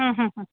हम्म हम्म हम्म